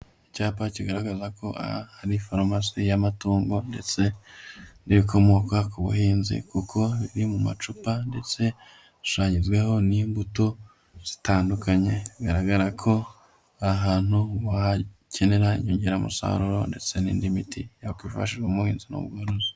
Icyapa kigaragaza ko ari faromasi y'amatungo ndetse n'ibikomoka ku buhinzi kuko biri mu macupa ndetse hashushanyijeho n'imbuto zitandukanye bigaragara ko ahantu hakenera inyongeramusaruro ndetse n'indi miti yakwifashasha mu buhinzi n'ubworozi.